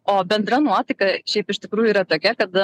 o bendra nuotaika šiaip iš tikrųjų yra tokia kad